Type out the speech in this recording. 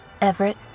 Everett